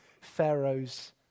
Pharaoh's